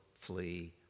flee